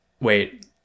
wait